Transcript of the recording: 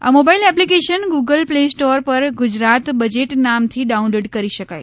આ mobile application Google Play Store પર Gujarat budget નામથી ડાઉનલોડ કરી શકાય